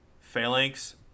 Phalanx